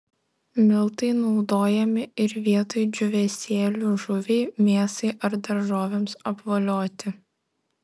miltai naudojami ir vietoj džiūvėsėlių žuviai mėsai ar daržovėms apvolioti